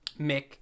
Mick